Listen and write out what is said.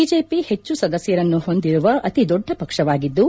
BJP ಹೆಚ್ಚು ಸದಸ್ಯರನ್ನು ಹೊಂದಿರುವ ಅತಿ ದೊಡ್ಡ ಪಕ್ಷವಾಗಿದ್ದು